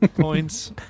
points